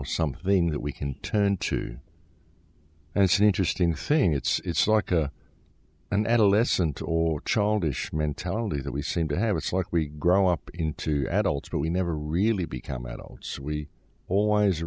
or something that we can turn to and it's an interesting thing it's like an adolescent or childish mentality that we seem to have it's like we grow up into adults but we never really become adults we always